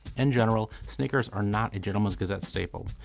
in general, sneakers are not a gentleman's gazette staple,